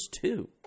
two